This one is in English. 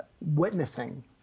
witnessing